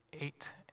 eight